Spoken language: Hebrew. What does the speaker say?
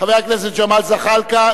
חבר הכנסת ג'מאל זחאלקה,